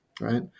right